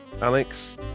Alex